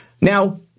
Now